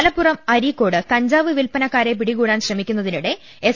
മലപ്പുറം അരീക്കോട് കഞ്ചാവ് വിൽപനക്കാരെ പിടികൂടാൻ ശ്രമിക്കുന്ന തിനിടെ എസ്